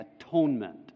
atonement